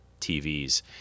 tvs